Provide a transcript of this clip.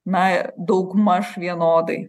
na daugmaž vienodai